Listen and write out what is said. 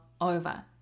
over